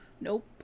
Nope